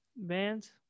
Bands